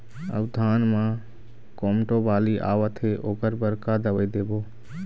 अऊ धान म कोमटो बाली आवत हे ओकर बर का दवई देबो?